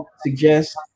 suggest